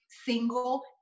single